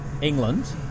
England